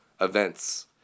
events